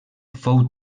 fou